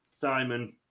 Simon